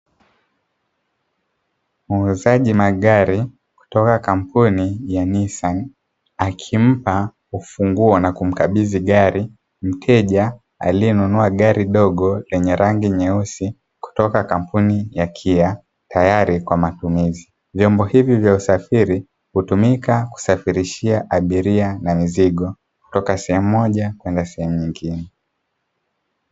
Muuzaji magari kutoka kampuni ya "NISSAN" akimpa ufunguo na kumkabidhi gari mteja aliyenunua gari dogo lenye rangi nyeusi kutoka kampuni ya "KIA", tayari kwa matumizi. Vyombo hivi vya usafiri hutumika kusafirishia abiria na mizigo kutoka sehemu moja mpaka sehemu nyengine.